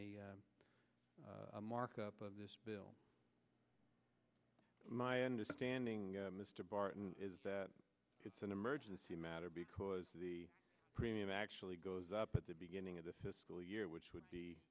a markup of this bill my understanding mr barton is that it's an emergency matter because the premium actually goes up at the beginning of the siskel year which would be